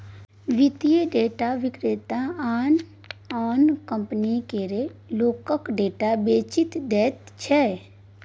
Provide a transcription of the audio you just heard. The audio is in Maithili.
वित्तीय डेटा विक्रेता आन आन कंपनीकेँ लोकक डेटा बेचि दैत छै